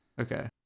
Okay